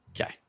Okay